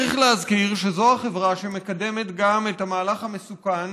צריך להזכיר שזאת החברה שמקדמת גם את המהלך המסוכן